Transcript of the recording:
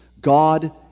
God